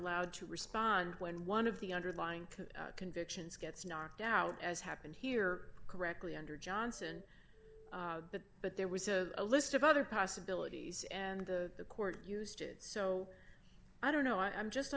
allowed to respond when one of the underlying convictions gets knocked out as happened here correctly under johnson but there was a list of other possibilities and the court used it so i don't know i'm just